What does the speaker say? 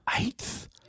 Eighth